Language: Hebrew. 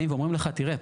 באים ואומרים לך: תראה,